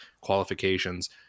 qualifications